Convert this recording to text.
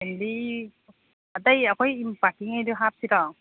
ꯑꯇꯩ ꯑꯩꯈꯣꯏ ꯄꯥꯔꯇꯤ ꯉꯩꯗꯨ ꯍꯥꯞꯁꯤꯔꯣ